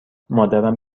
مادرم